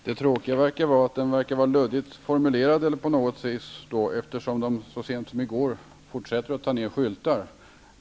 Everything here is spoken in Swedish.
Herr talman! Det tråkiga är att den verkar vara luddigt formulerad, eftersom man så sent som i går har fortsatt med att ta ned skyltar.